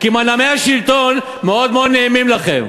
כי מנעמי השלטון מאוד מאוד נעימים לכם.